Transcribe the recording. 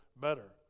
better